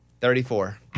Thirty-four